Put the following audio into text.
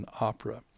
opera